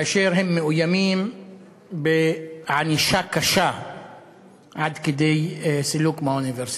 והם מאוימים בענישה קשה עד כדי סילוק מהאוניברסיטה.